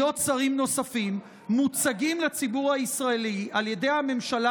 שרים נוספים מוצגים לציבור הישראלי על ידי הממשלה